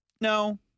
No